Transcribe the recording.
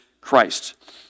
Christ